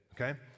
okay